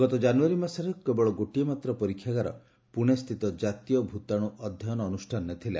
ଗତ ଜାନୁୟାରୀ ମାସରେ କେବଳ ଗୋଟିଏ ମାତ୍ର ପରୀକ୍ଷାଗାର ପୁଣେସ୍ଥିତ କାତୀୟ ଭୂତାଣୁ ଅଧ୍ୟୟନ ଅନୁଷ୍ଠାନରେ ଥିଲା